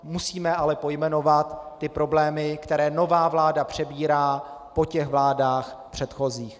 Musíme ale pojmenovat ty problémy, které nová vláda přebírá po vládách předchozích.